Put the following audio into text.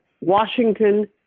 Washington